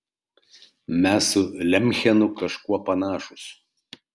mes su lemchenu kažkuo panašūs